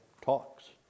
talks